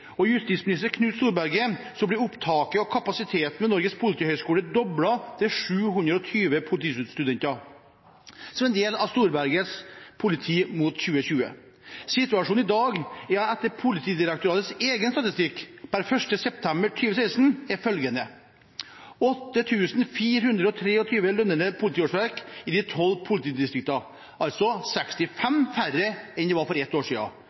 og justisminister Knut Storberget ble opptaket og kapasiteten ved Norges politihøgskole doblet, til 720 politistudenter, som en del av Storbergets Politiet mot 2020. Situasjonen i dag er, etter Politidirektoratets egen statistikk per 1. september 2016, følgende: 8 423 lønnede politiårsverk i de tolv politidistriktene, altså 65 færre enn det var for ett år